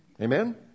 Amen